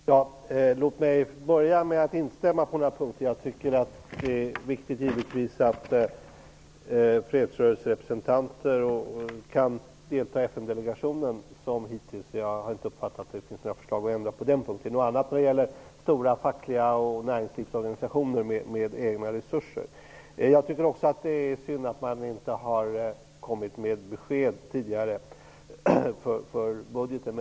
Herr talman! Låt mig börja med att instämma i det sista som Ingela Mårtensson sade. Det är givetvis viktigt att representanter för fredsrörelsen kan delta i FN-delegationen på samma sätt som hittills. Jag har inte uppfattat att det finns några förslag om att ändra på den punkten. Det är något annat med stora fackliga organisationer och näringslivsorganisationer som har egna resurser. Jag tycker också att det är synd att man inte har kommit med besked tidigare när det gäller budgeten.